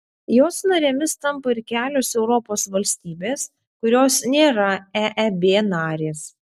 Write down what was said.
jos narėmis tampa ir kelios europos valstybės kurios nėra eeb narės